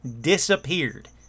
disappeared